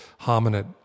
hominid